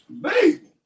Baby